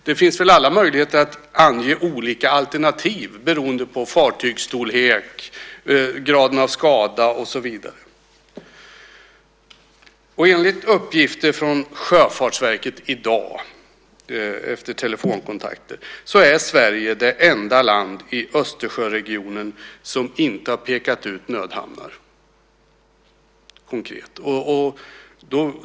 Det finns väl alla möjligheter att ange olika alternativ beroende på fartygsstorlek, graden av skada och så vidare. Enligt uppgifter från Sjöfartsverket i dag, efter telefonkontakter, är Sverige det enda land i Östersjöregionen som inte har pekat ut nödhamnar konkret.